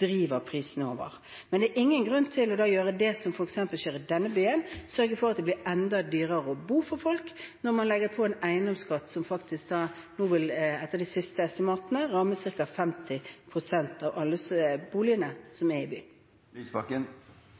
driver prisene oppover. Men det er ingen grunn til å gjøre det som f.eks. skjer i denne byen: sørge for at det blir enda dyrere for folk å bo når man legger på en eiendomsskatt som, etter de siste estimatene, vil ramme ca. 50 pst. av alle boligene som er i